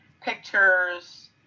pictures